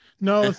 No